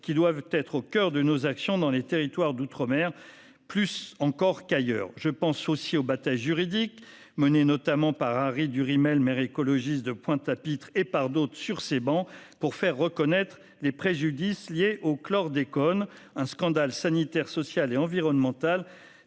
et doivent être au coeur de nos actions dans les territoires d'outre-mer, plus encore qu'ailleurs. Je pense également aux batailles juridiques, menées notamment par Harry Durimel, maire écologiste de Pointe-à-Pitre et par d'autres- certains siègent sur nos travées -, pour faire reconnaître les préjudices liés au chlordécone, un scandale sanitaire, social et environnemental